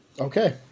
Okay